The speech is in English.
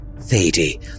Thady